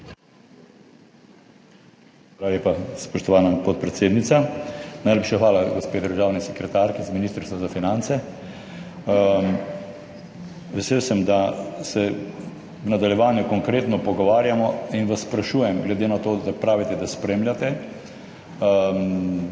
lepa, spoštovana podpredsednica. Najlepša hvala gospe državni sekretarki z Ministrstva za finance. Vesel sem, da se v nadaljevanju konkretno pogovarjamo in vas sprašujem, glede na to, da pravite, da spremljate